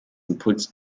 impuls